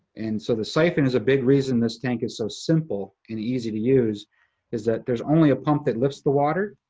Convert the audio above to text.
and so the siphon is a big reason this tank is so simple and easy to use is that there's only a pump that lifts the water.